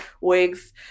wigs